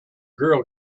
girl